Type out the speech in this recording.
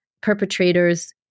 perpetrators